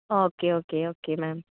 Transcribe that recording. okay okay okay ma'am